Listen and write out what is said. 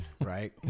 Right